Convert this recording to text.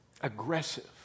Aggressive